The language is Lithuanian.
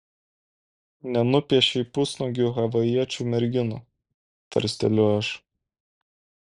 nenupiešei pusnuogių havajiečių merginų tarsteliu aš